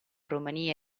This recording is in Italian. romania